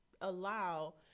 allow